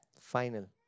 Final